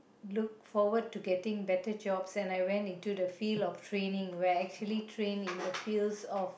looked forward to getting better jobs and I went into the field of training where I actually trained in the fields of